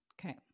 Okay